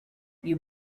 you